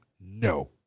No